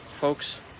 Folks